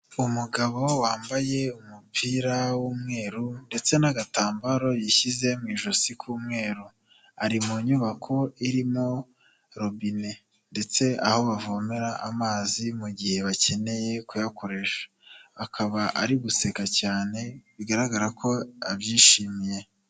Umugabo wambaye umupira w'umweru ndetse n'agatambaro yishyize mu ijosi k'umweru, ari mu nyubako irimo robine ndetse aho bavomera amazi mu gihe bakeneye kuyakoresha, akaba ari guseka cyane bigaragara ko abyishimiye.